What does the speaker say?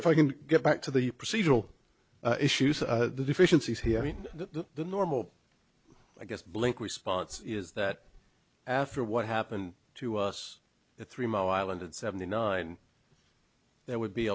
if i can get back to the procedural issues the deficiencies hearing that the normal i guess blink response is that after what happened to us at three mile island and seventy nine there would be